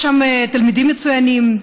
יש שם תלמידים מצוינים.